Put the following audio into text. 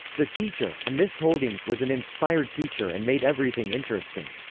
the teacher a miss holding was an inspired teacher and made everything interesting.